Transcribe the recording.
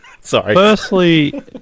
firstly